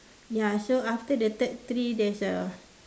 ya so after the third tree there is a